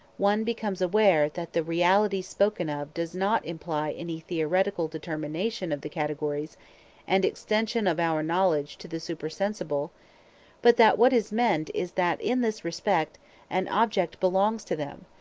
one becomes aware that the reality spoken of does not imply any theoretical determination of the categories and extension of our knowledge to the supersensible but that what is meant is that in this respect an object belongs to them,